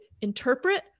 interpret